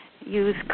use